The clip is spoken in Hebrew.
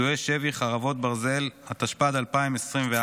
(פדויי שבי, חרבות ברזל), התשפ"ד 2024,